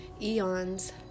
eons